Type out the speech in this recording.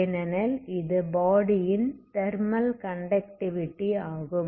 ஏனெனில் இது பாடி யின் தெர்மல் கண்டக்டிவிட்டி ஆகும்